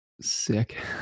sick